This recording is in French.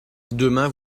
demain